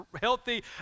healthy